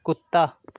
कुत्ता